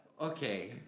Okay